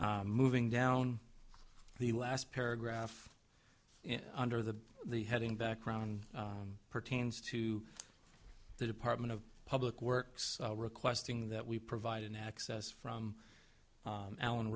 moving down the last paragraph under the heading background pertains to the department of public works requesting that we provide an access from alan